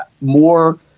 more